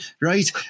right